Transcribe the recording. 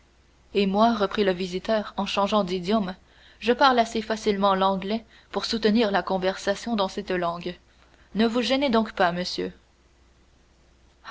et moi reprit le visiteur en changeant d'idiome je parle assez facilement l'anglais pour soutenir la conversation dans cette langue ne vous gênez donc pas monsieur